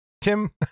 tim